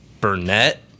Burnett